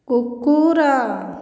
କୁକୁର